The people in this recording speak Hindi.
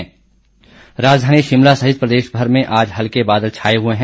मौसम राजधानी शिमला सहित प्रदेश भर में आज हल्के बादल छाए हुए हैं